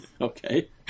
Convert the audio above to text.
Okay